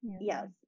Yes